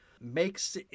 makes